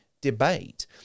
debate